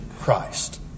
Christ